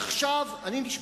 אני נשבע.